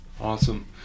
awesome